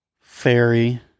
fairy